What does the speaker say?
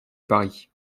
paris